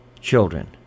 children